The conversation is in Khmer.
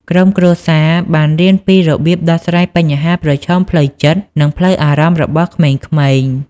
ក្រុមគ្រួសារបានរៀនពីរបៀបដោះស្រាយបញ្ហាប្រឈមផ្លូវចិត្ត និងផ្លូវអារម្មណ៍របស់ក្មេងៗ។